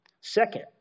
Second